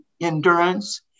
endurance